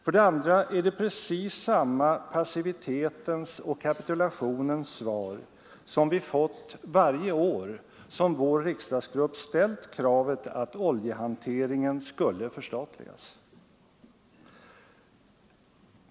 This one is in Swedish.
För det andra är det precis samma passivitetsoch kapitulationssvar som vi har fått varje år som vår riksdagsgrupp ställt kravet att oljehanteringen skulle förstatligas.